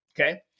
Okay